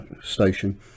station